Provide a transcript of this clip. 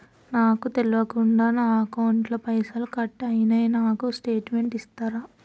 నాకు తెల్వకుండా నా అకౌంట్ ల పైసల్ కట్ అయినై నాకు స్టేటుమెంట్ ఇస్తరా?